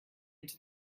into